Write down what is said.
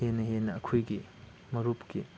ꯍꯦꯟꯅ ꯍꯦꯟꯅ ꯑꯩꯈꯣꯏꯒꯤ ꯃꯔꯨꯞꯀꯤ